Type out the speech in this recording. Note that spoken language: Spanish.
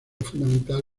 fundamental